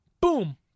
Boom